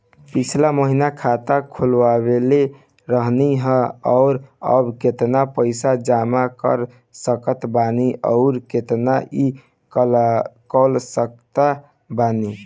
पिछला महीना खाता खोलवैले रहनी ह और अब केतना पैसा जमा कर सकत बानी आउर केतना इ कॉलसकत बानी?